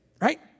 right